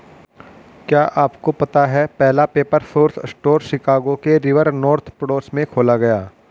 क्या आपको पता है पहला पेपर सोर्स स्टोर शिकागो के रिवर नॉर्थ पड़ोस में खोला गया?